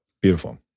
beautiful